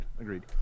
agreed